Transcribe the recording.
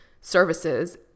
services